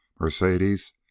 Mercedes